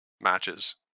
matches